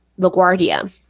LaGuardia